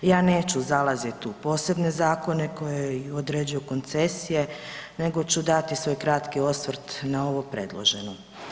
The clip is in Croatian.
Ja neću zalaziti u posebne zakone koje određuju koncesije, nego ću dati svoj kratki osvrt na ovo predloženo.